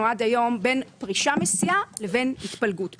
עד היום בין פרישה מסיעה לבין התפלגות מסיעה.